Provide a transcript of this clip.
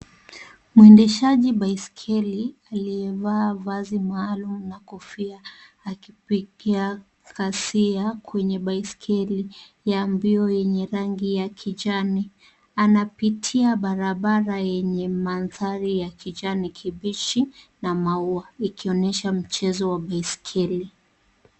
Mwendeshaji baiskeli aliyevaa vazi maalum na kofia akipitia kasi ya kwenye baiskeli ya mbio yenye rangi ya kijani . Anapitia barabara yenye mandhari ya kijani kibichi na maua ikionesha mchezo wa baiskeli.